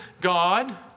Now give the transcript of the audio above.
God